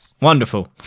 Wonderful